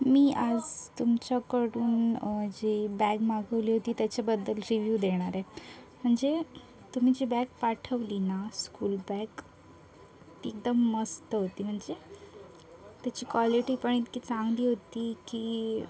मी आज तुमच्याकडून जी बॅग मागवली होती त्याच्याबद्दल रिव्ह्यू देणार आहे म्हणजे तुम्ही जी बॅग पाठवली ना स्कूल बॅग ती एकदम मस्त होती म्हणजे त्याची क्वालिटी पण इतकी चांगली होती की